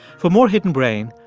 for more hidden brain,